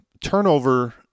turnover